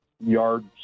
Yards